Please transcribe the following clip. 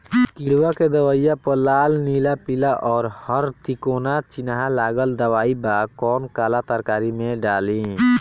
किड़वा के दवाईया प लाल नीला पीला और हर तिकोना चिनहा लगल दवाई बा कौन काला तरकारी मैं डाली?